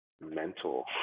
mental